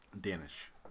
Danish